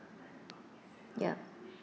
ya